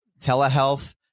telehealth